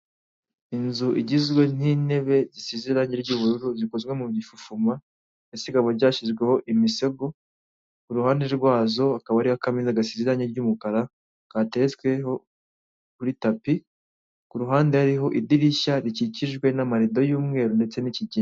Inzu igizwe n'intebe zisize irangi ry'ubururu, zikozwe mu gifufuma ndetse rikaba ryashyizweho imisego. Iruhande rwazo hakaba hari akameza gasize irangi ry'umukara kateretsweho kuri tapi. Ku ruhande hariho idirishya rikikijwe n'amarido y'umweru ndetse n'ikigega.